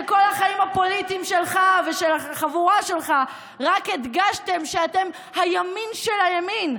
שכל החיים הפוליטיים שלך ושל החבורה שלך רק הדגשתם שאתם הימין של הימין,